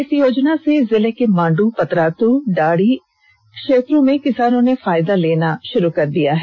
इस योजना से जिले के मांडू पतरातू डाड़ी आदि क्षेत्रों के किसानों ने फायदा लेना शुरू कर दिया है